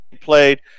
played